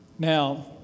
Now